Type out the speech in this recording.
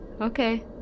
Okay